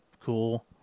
cool